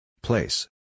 Place